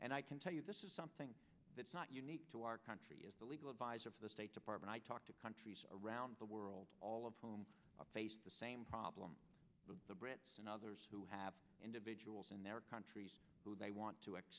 and i can tell you this is something that's not unique to our country is the legal adviser for the state department i talk to countries around the world all of whom face the same problem with the brits and others who have individuals in their countries who they want to